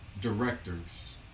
directors